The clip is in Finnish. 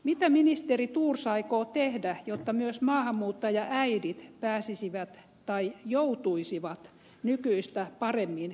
mitä ministeri thors aikoo tehdä jotta myös maahanmuuttajaäidit pääsisivät tai joutuisivat nykyistä paremmin kielikoulutukseen